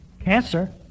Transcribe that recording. cancer